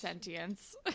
sentience